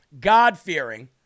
God-fearing